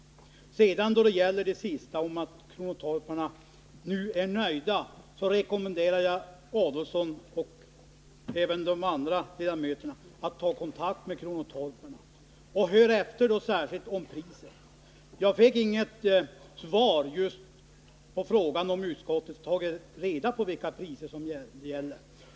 När det sedan gäller det senaste anförda, att kronotorparna nu är nöjda, rekommenderar jag herr Adolfsson och övriga ledamöter att ta kontakt med kronotorparna. Hör då särskilt efter om priset! Jag fick inget svar på frågan om utskottet tagit reda på vilka priser som gäller.